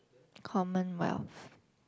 Commonwealth